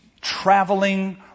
traveling